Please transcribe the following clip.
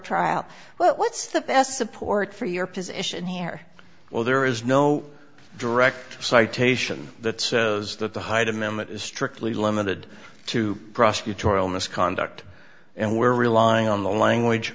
best support for your position here well there is no direct citation that says that the hyde amendment is strictly limited to prosecutorial misconduct and we're relying on the language